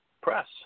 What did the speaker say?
press